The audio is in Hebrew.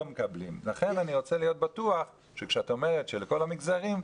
לכן אני רוצה להיות בטוח שכשאת אומרת שלכל המגזרים,